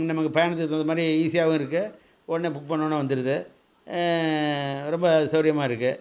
நமக்கு பயணத்துக்கு தகுந்த மாதிரி ஈஸியாகவும் இருக்குது உடனே புக் பண்ணிணோன்ன வந்துடுது ரொம்ப சௌகரியமா இருக்குது